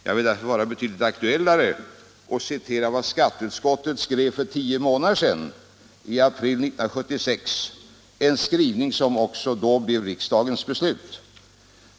Jag vill vara betydligt mera aktuell och citera vad skatteutskottet skrev för tio månader sedan, i april 1976, en skrivning som också blev riksdagens beslut.